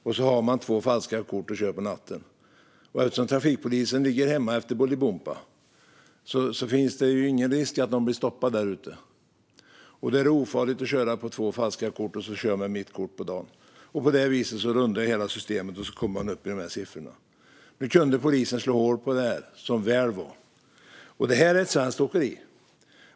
Sedan har de två falska kort när de kör på natten. Eftersom trafikpolisen ligger hemma efter Bolibompa finns det ingen risk för att de blir stoppade. Då är det ofarligt att köra med två falska kort och sitt eget på dagen. På detta sätt rundar de hela systemet och kommer upp i dessa siffror. Nu kunde polisen slå hål på detta, som väl var. Detta handlar om ett svenskt åkeri.